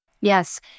Yes